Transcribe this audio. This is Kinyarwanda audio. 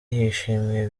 yishimiye